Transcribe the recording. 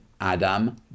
Adam